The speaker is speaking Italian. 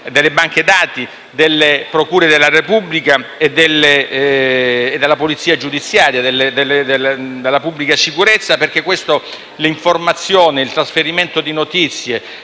delle banche dati delle procure della Repubblica, della Polizia giudiziaria e della pubblica sicurezza perché l'informazione, il trasferimento e lo